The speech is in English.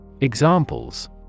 Examples